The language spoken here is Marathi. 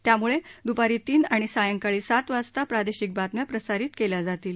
त्यामुळे द्पारी तीन आणि सांयकाळी सात वाजता प्रादेशिक बातम्या प्रसारित केल्या जातील